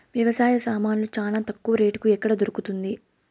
వ్యవసాయ సామాన్లు చానా తక్కువ రేటుకి ఎక్కడ దొరుకుతుంది?